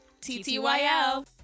TTYL